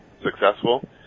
successful